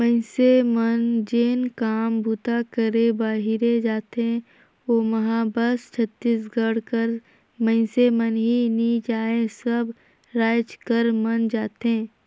मइनसे मन जेन काम बूता करे बाहिरे जाथें ओम्हां बस छत्तीसगढ़ कर मइनसे मन ही नी जाएं सब राएज कर मन जाथें